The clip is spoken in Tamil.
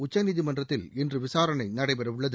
உச்சநீதிமன்றத்தில் இன்று விசாரணை நடைபெறவுள்ளது